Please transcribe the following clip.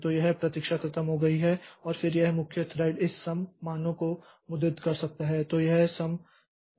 तो यह प्रतीक्षा खत्म हो गई है और फिर यह मुख्य थ्रेड यह सम मानों को मुद्रित कर सकता है